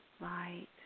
light